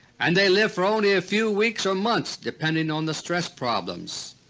and they live for only a few weeks or months, depending on the stress problems.